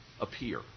appear